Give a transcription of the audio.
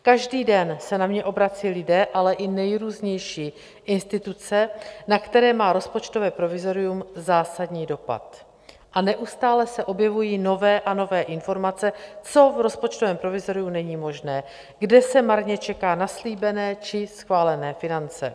Každý den se na mě obracejí lidé, ale i nejrůznější instituce, na které má rozpočtové provizorium zásadní dopad, a neustále se objevují nové a nové informace, co v rozpočtovém provizoriu není možné, kde se marně čeká na slíbené či schválené finance.